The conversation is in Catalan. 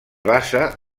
basa